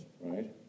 Right